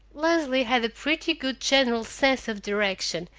leslie had a pretty good general sense of direction,